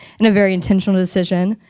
and a very intentional decision,